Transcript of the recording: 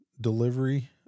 delivery